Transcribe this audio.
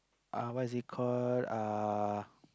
uh what is it called uh